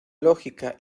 lógica